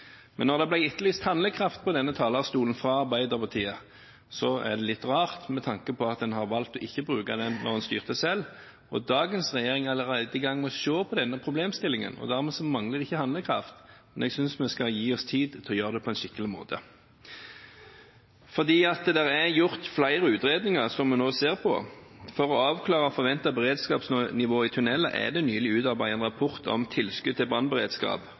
men straks de er i opposisjon, tar de det opp i Stortinget. Det viser egentlig at det var sunt å få et regjeringsskifte, slik at noen klarer å se problemstillingene utenfra og ikke bare sitter og sier nei. Da det ble etterlyst handlekraft på denne talerstolen fra Arbeiderpartiet, var det litt rart, med tanke på at en valgte ikke å bruke den da en styrte selv. Dagens regjering er allerede i gang med å se på denne problemstillingen. Dermed mangler vi ikke handlekraft, men jeg synes vi skal gi oss tid til å gjøre det på en skikkelig måte. Det er gjort flere utredninger som vi nå